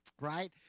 Right